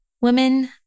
women